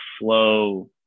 flow